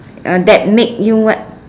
ah that make you what